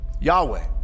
Yahweh